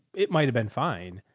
it might've been fine,